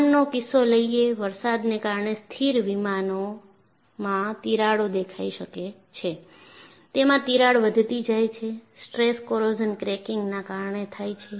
વિમાનનો કિસ્સો લઈએ વરસાદને કારણે સ્થિર વિમાનમાં તિરાડો દેખાય શકે છે તેમાં તીરાડ વધતી જાય છે સ્ટ્રેસ કોરોઝન ક્રેકીંગના કારણે થાય છે